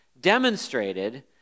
demonstrated